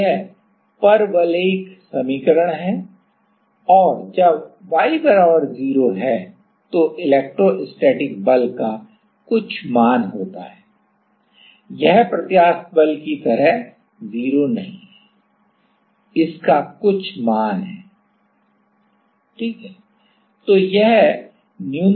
तो यह परवलयिक समीकरण है और जब y 0 है तो इलेक्ट्रोस्टैटिक बल का कुछ मान होता है यह प्रत्यास्थ बल की तरह 0 नहीं है इसका कुछ मान है ठीक है